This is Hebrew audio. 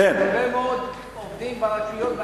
והרבה מאוד עובדים ברשויות,